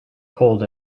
cold